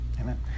Amen